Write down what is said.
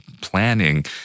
planning